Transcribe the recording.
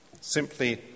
simply